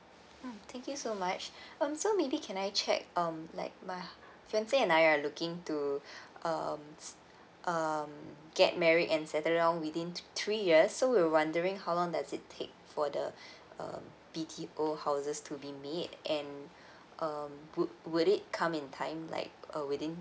mm thank you so much um so maybe can I check um like my fiancé and I are looking to um um get married and settled down within three years so we were wondering how long does it take for the um B_T_O houses to be made and um would would it come in time like uh within